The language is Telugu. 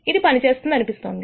ఇది పనిచేస్తుంది అనిపిస్తోంది